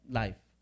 life